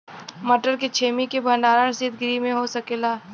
मटर के छेमी के भंडारन सितगृह में हो सकेला?